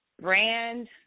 brand